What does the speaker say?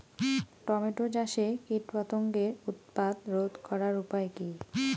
Tomato চাষে কীটপতঙ্গের উৎপাত রোধ করার উপায় কী?